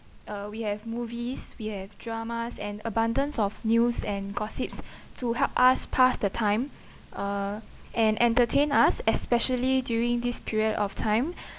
uh we have movies we have dramas and abundance of news and gossips to help us pass the time uh and entertain us especially during this period of time